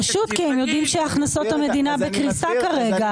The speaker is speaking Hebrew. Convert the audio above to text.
פשוט כי הם יודעים שהכנסות המדינה בקריסה כרגע.